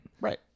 Right